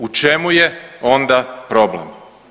U čemu je onda problem?